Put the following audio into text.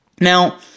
Now